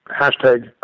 hashtag